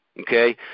Okay